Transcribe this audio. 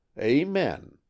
amen